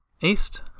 East